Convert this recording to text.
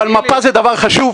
אבל מפה זה דבר חשוב,